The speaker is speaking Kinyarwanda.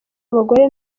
abagore